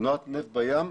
תנועת נפט בים,